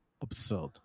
absurd